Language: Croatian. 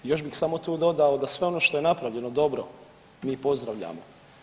Još bih samo tu dodao da sve ono što je napravljeno dobro mi pozdravljamo.